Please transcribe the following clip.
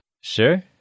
Sure